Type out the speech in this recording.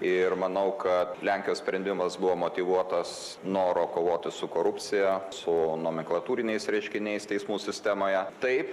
ir manau kad lenkijos sprendimas buvo motyvuotas noro kovoti su korupcija su nomenklatūriniais reiškiniais teismų sistemoje taip